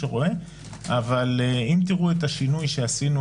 אבל אם תראו את השינוי שעשינו